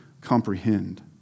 comprehend